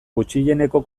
gutxieneko